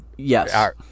yes